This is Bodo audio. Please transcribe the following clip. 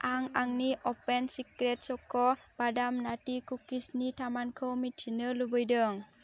आं आंनि अपेन सिक्रेट चक' बादाम नाटि कुकिसनि थामानखौ मिथिनो लुबैदों